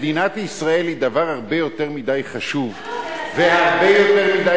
מדינת ישראל היא דבר הרבה יותר מדי חשוב והרבה יותר מדי